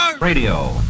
Radio